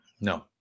No